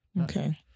Okay